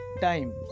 time